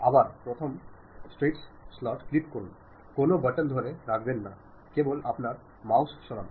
আবার প্রথম স্ট্রেই স্লট ক্লিক করুন কোনও বাটন ধরে রাখবেন না কেবল আপনার মাউস সরান